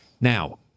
Now